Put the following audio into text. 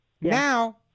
now